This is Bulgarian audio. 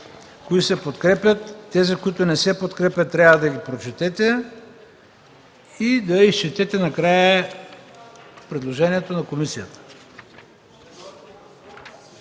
кои се подкрепят. Тези, които не се подкрепят, трябва да ги прочетете и да изчетете накрая предложението на комисията.